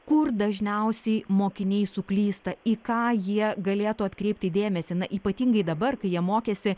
kur dažniausiai mokiniai suklysta į ką jie galėtų atkreipti dėmesį na ypatingai dabar kai jie mokėsi